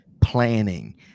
planning